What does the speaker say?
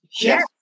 Yes